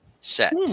set